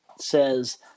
says